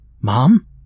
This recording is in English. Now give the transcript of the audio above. Mom